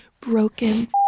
broken